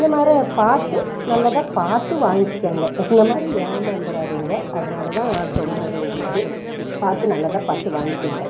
இந்த மாரி பார்த்து நல்லதாக பார்த்து வாங்கிங்க என்ன மாதிரி ஏமாந்துறாதிங்க அதனால் தான் நான் சொல்கிறது உங்களுக்கு பார்த்து நல்லதாக பார்த்து வாங்கிங்க